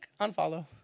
unfollow